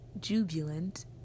jubilant